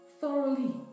thoroughly